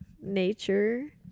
nature